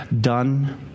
done